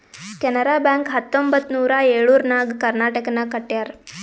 Canara bank ಹತ್ತೊಂಬತ್ತ್ ನೂರಾ ಎಳುರ್ನಾಗ್ ಕರ್ನಾಟಕನಾಗ್ ಕಟ್ಯಾರ್